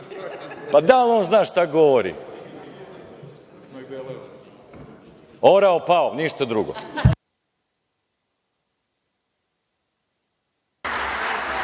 ima? Da li on zna šta govori? Orao pao. Ništa drugo.